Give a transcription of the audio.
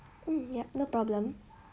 um yup no problem